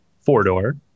four-door